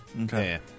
Okay